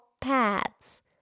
pads